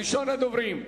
ראשון הדוברים,